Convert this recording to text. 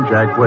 Jack